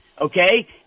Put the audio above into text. Okay